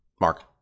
Mark